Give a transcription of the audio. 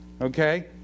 okay